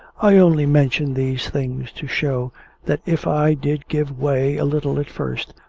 i only mention these things to show that if i did give way a little at first,